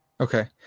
Okay